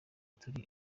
turi